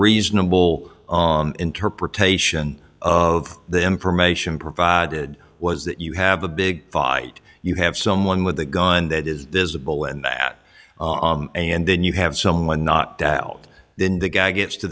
reasonable interpretation of the information provided was that you have a big fight you have someone with a gun that is divisible and that and then you have someone knocked out then the guy gets to